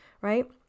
right